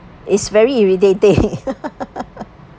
it's very irritating